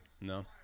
No